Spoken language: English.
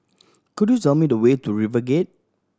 could you tell me the way to RiverGate